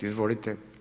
Izvolite.